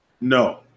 No